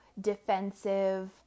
defensive